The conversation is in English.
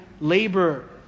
Labor